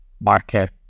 market